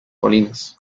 colinas